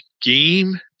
game